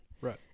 right